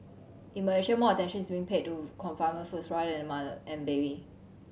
in Malaysia more attention is being paid to confinement foods rather than the mother and baby